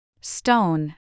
Stone